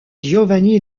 giovanni